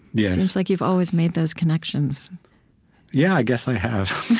yeah like you've always made those connections yeah, i guess i have.